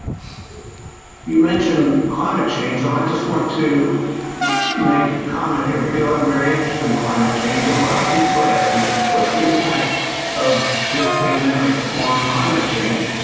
you mentioned climate change and i just want to make comment here because i'm very interested in climate change and a lot of people are asking what's the impact of this pandemic on climate change.